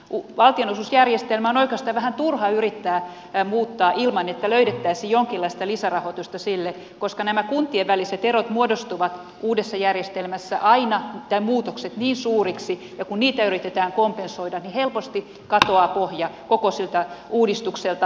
valtionosuusjärjestelmää on oikeastaan vähän turha yrittää muuttaa ilman että sille löydettäisiin jonkinlaista lisärahoitusta koska nämä kuntien väliset erot ja muutokset muodostuvat uudessa järjestelmässä aina niin suuriksi ja kun niitä yritetään kompensoida niin helposti katoaa pohja koko siltä uudistukselta